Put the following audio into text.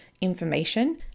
information